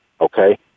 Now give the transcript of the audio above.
okay